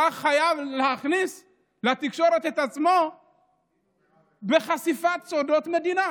הוא היה חייב להכניס לתקשורת את עצמו בחשיפת סודות מדינה.